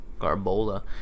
garbola